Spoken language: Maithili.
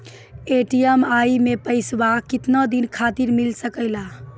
ई.एम.आई मैं पैसवा केतना दिन खातिर मिल सके ला?